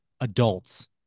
adults